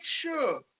sure